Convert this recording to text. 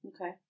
Okay